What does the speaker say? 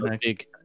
big